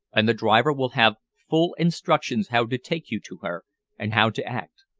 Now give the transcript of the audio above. and the driver will have full instructions how to take you to her and how to act.